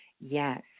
Yes